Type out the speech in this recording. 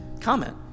comment